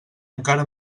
encara